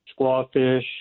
squawfish